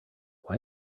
why